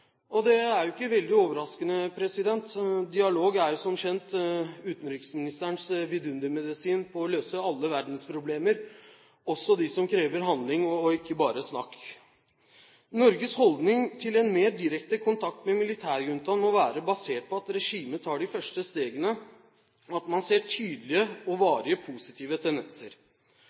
Det er jo ikke veldig overraskende – dialog er jo som kjent utenriksministerens vidundermedisin for å løse alle verdensproblemer, også de som krever handling og ikke bare snakk. Norges holdning til en mer direkte kontakt med militærjuntaen må være basert på at regimet tar de første stegene, og at man ser tydelige og varige positive tendenser.